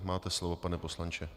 Máte slovo, pane poslanče.